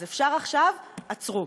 אז אפשר עכשיו, עצרו.